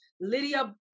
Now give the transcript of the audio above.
Lydia